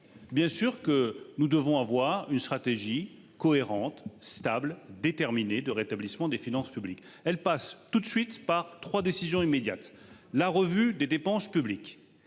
Bien sûr que nous devons avoir une stratégie cohérente, stable, déterminé de rétablissement des finances publiques elles passent tout de suite par 3 décisions immédiates. La revue des dépenses publiques